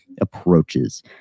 approaches